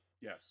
Yes